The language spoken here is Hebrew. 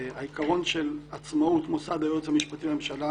העיקרון של עצמאות מוסד היועץ המשפטי לממשלה,